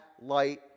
light